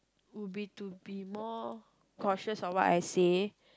would be to be more cautious of what I say